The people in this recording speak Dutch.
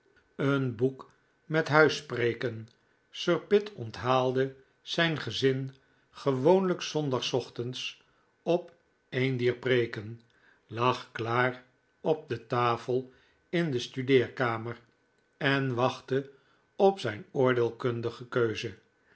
een boek met huispreeken sir pitt onthaalde zijn gezin gewoonlijk zondagsochtends op een dier preeken lag klaar op de tafel in de studeerkamer en wachtte op zijn oordeelkundige